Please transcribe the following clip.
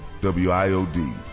WIOD